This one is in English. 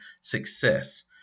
success